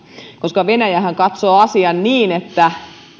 koska venäjähän katsoo asian niin että henkilö